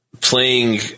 playing